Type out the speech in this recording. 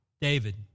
David